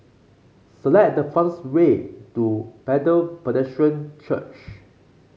select the fastest way to Bethel Church